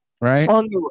Right